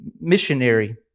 missionary